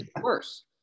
worse